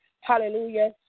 Hallelujah